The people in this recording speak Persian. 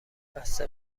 بسته